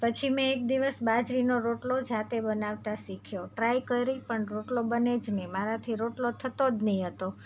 પછી મેં એક દિવસ બાજરીનો રોટલો જાતે બનાવતા શીખ્યો ટ્રાય કરી પણ રોટલો બને જ નહીં મારાથી રોટલો થતો જ નહીં હતો